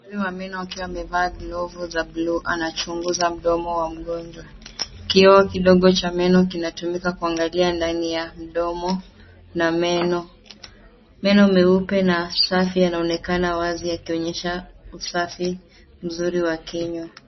Daktari wa meno akiwa amevaa glavu za blue , anachunguza mdomo ya mgonjwa. Kioo kidogo cha meno kinatumika kuangalia ndani ya mdomo, na meno. Meno meupe, na safi yanaonekana yakionyesha usafi mzuri wa kinywa.